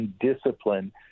discipline